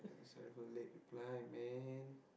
sorry for the late reply man